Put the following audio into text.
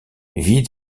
vit